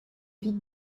vic